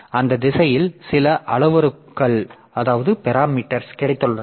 அந்த திசையில் சில அளவுருக்கள் கிடைத்துள்ளன